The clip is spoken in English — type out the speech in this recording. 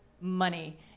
money